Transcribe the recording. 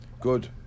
good